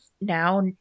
now